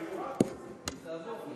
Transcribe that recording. רוצים, תעלה,